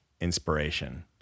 inspiration